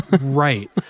right